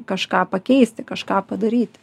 kažką pakeisti kažką padaryti